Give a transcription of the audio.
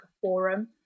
forum